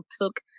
took